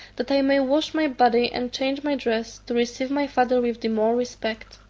that i may wash my body and change my dress, to receive my father with the more respect.